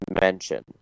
mention